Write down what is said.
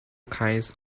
kinds